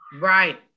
Right